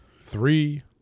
Three